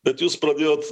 bet jūs pradėjot